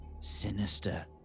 sinister